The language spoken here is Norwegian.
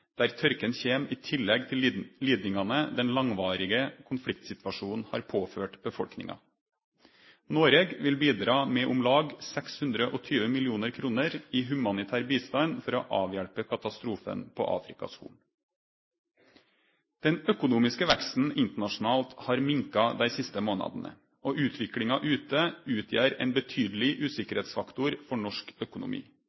tørken kjem i tillegg til lidingane den langvarige konfliktsituasjonen har påført befolkninga. Noreg vil bidra med om lag 620 mill. kr i humanitær bistand for å avhjelpe katastrofen på Afrikas Horn. Den økonomiske veksten internasjonalt har minka dei siste månadene, og utviklinga ute utgjer ein betydeleg